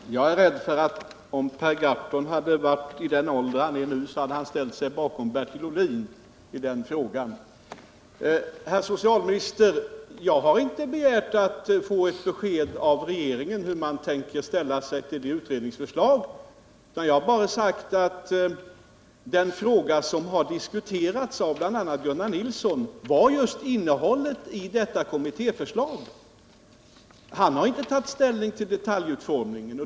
Herr talman! Jag är rädd för att Per Gahrton — om han hade varit i den ålder han är nu när beslutet om ATP togs — hade ställt sig bakom Bertil Ohlin. Herr socialminister! Jag har inte begärt att få ett besked av regeringen om hur den tänker ställa sig till utredningsförslaget. Jag har bara sagt att det som har diskuterats av bl.a. Gunnar Nilsson är just innehållet i detta kommittéförslag. Han har inte tagit ställning till detaljutformningen.